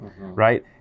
right